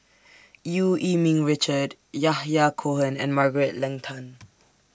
EU Yee Ming Richard Yahya Cohen and Margaret Leng Tan